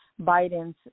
Bidens